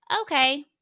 Okay